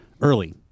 early